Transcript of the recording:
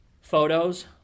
Photos